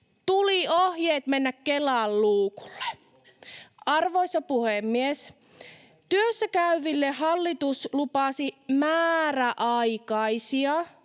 Tuli ohjeet mennä Kelan luukulle. Arvoisa puhemies! Työssäkäyville hallitus lupasi määräaikaisia